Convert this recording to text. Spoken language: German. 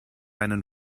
einen